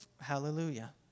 Hallelujah